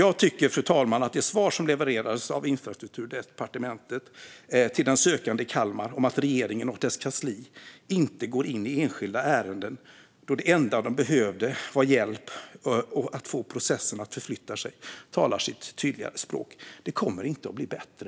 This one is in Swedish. Jag tycker att det svar som levererades av Infrastrukturdepartementet till den sökande i Kalmar om att regeringen och dess kansli inte går in i enskilda ärenden talar sitt tydliga språk. Det enda den sökande behövde var hjälp att få processen att förflytta sig. Det kommer inte att bli bättre.